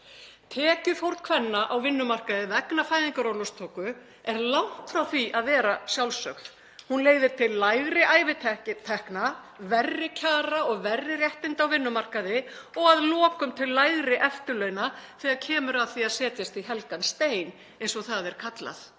Tekjufórn kvenna á vinnumarkaði vegna fæðingarorlofstöku er langt frá því að vera sjálfsögð. Hún leiðir til lægri ævitekna, verri kjara og verri réttinda á vinnumarkaði og að lokum til lægri eftirlauna þegar kemur að því að setjast í helgan stein, eins og það er kallað.